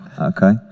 Okay